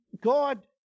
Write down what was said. God